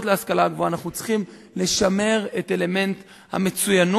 להשכלה גבוהה אנחנו צריכים לשמר את אלמנט המצוינות.